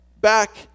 back